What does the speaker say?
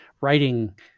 writing